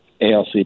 ALC